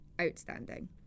Outstanding